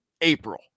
April